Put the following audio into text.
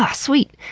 ah sweet!